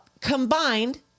combined